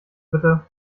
bitte